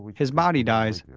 his body dies,